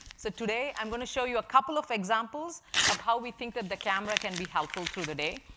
so today i'm going to show you a couple of examples of how we think that the camera can be helpful through the day.